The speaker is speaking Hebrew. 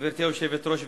גברתי היושבת-ראש,